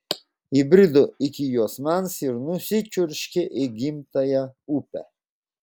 įbrido iki juosmens ir nusičiurškė į gimtąją upę